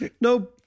No